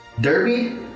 Derby